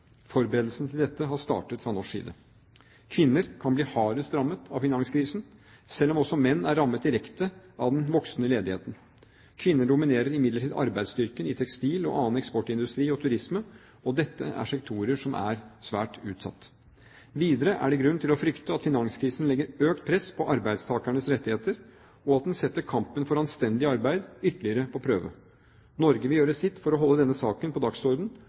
Forberedelsene til dette har startet fra norsk side. Kvinner kan bli hardest rammet av finanskrisen, selv om også menn er rammet direkte av den voksende ledigheten. Kvinner dominerer imidlertid arbeidsstyrken i tekstil- og annen eksportindustri og turisme, og dette er sektorer som er svært utsatt. Videre er det grunn til å frykte at finanskrisen legger økt press på arbeidstakernes rettigheter, og at den setter kampen for anstendig arbeid ytterligere på prøve. Norge vil gjøre sitt for å holde denne saken på